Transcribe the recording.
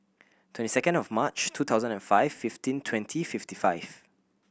twenty second of March two thousand and five fifteen twenty fifty five